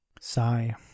sigh